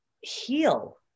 heal